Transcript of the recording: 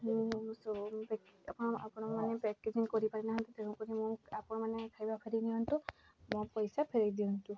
ଆପଣମାନେ ପ୍ୟାକେଜିଂ କରିପାରି ନାହାନ୍ତି ତେଣୁ କରି ମୁଁ ଆପଣମାନେ ଖାଇବା ଫେରାଇ ନିଅନ୍ତୁ ମୋ ପଇସା ଫେରାଇ ଦିଅନ୍ତୁ